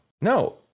No